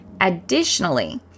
Additionally